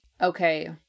okay